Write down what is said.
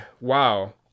wow